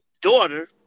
daughter